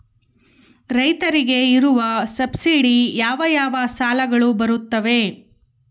ರೈತರಿಗೆ ಇರುವ ಸಬ್ಸಿಡಿ ಯಾವ ಯಾವ ಸಾಲಗಳು ಬರುತ್ತವೆ?